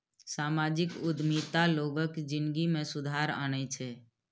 सामाजिक उद्यमिता लोगक जिनगी मे सुधार आनै छै